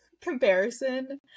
comparison